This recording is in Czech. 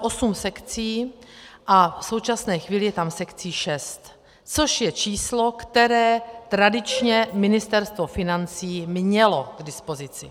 Tam bylo osm sekcí a v současné chvíli je tam sekcí šest, což je číslo, které tradičně Ministerstvo financí mělo k dispozici.